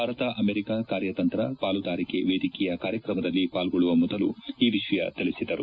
Bharat America ಕಾರ್ಯತಂತ್ರ ಪಾಲುದಾರಿಕೆ ವೇದಿಕೆಯ ಕಾರ್ಯಕ್ರಮದಲ್ಲಿ ಪಾಲ್ಗೊಳ್ಳುವ ಮೊದಲು ಈ ವಿಷಯ ತಿಳಿಸಿದರು